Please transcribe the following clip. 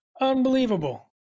Unbelievable